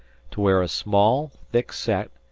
to where a small, thick-set,